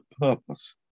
purpose